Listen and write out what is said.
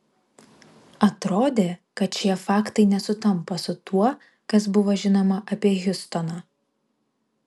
atrodė kad šie faktai nesutampa su tuo kas buvo žinoma apie hiustoną